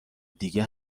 دیگه